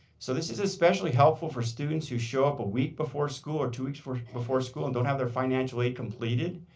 so this is a especially helpful for student who show up a week before school or two weeks before school and don't have their financial aid completed.